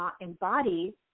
embody